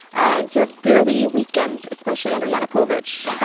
and sort of severely weakened, especially under yanukovich.